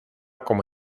como